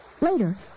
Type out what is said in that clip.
Later